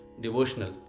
devotional